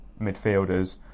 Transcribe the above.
midfielders